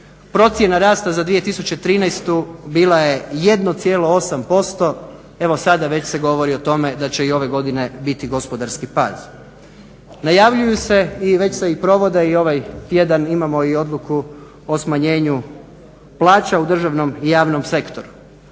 Procjena rasta za 2013.bila je 1,8% evo sada već se govori o tome da će i ove godine biti gospodarski pad. Najavljuju se i već se provode i ovaj tjedan imamo odluku o smanjenju plaća u državnom i javnom sektoru.